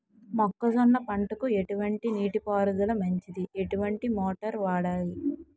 మొక్కజొన్న పంటకు ఎటువంటి నీటి పారుదల మంచిది? ఎటువంటి మోటార్ వాడాలి?